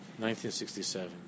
1967